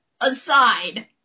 aside